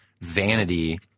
vanity